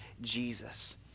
Jesus